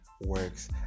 works